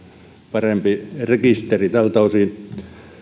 parempi rekisteri tältä osin